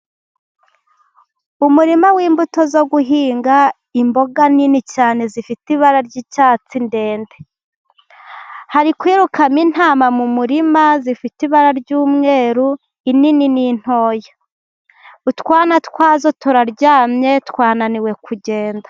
Umurima w'imbuto zo guhinga, imboga nini cyane zifite ibara ry'icyatsi ndende. Hari kwirukamo intama mu murima zifite ibara ry'umweru, inini n'intoya. Utwana twazo turaryamye, twananiwe kugenda.